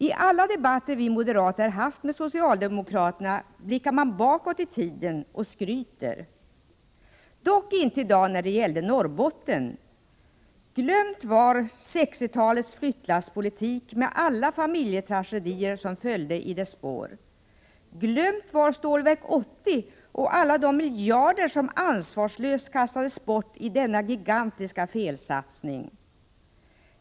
I alla debatter som vi moderater har haft med socialdemokraterna blickar de bakåt i tiden och skryter, dock inte i dag när det gällde Norrbotten. Glömt var 60-talets flyttlasspolitik med alla familjetragedier som följde i dess spår. Glömt var Stålverk 80 och alla de miljarder som ansvarslöst kastades bort i denna gigantiska felsatsning.